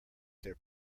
their